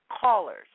callers